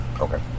Okay